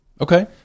Okay